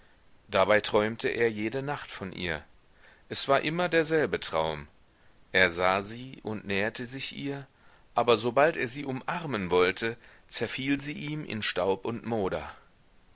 dabei träumte er jede nacht von ihr es war immer derselbe traum er sah sie und näherte sich ihr aber sobald er sie umarmen wollte zerfiel sie ihm in staub und moder